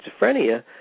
schizophrenia